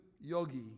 yogi